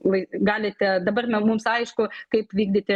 lai galite dabar me mums aišku kaip vykdyti